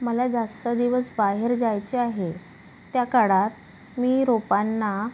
मला जास्त दिवस बाहेर जायचे आहे त्या काळात मी रोपांना